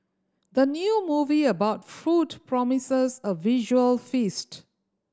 the new movie about food promises a visual feast